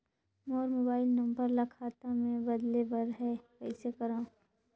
मोर mobile number ल खाता मे बदले बर हे कइसे करव?